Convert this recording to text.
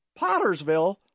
Pottersville